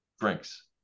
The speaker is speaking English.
drinks